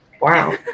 Wow